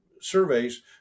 surveys